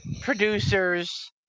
producers